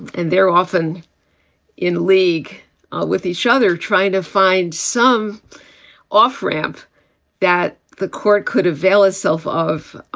and they're often in league with each other, trying to find some off ramp that the court could avail itself of.